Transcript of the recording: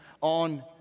on